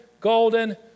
golden